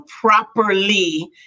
properly